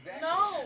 No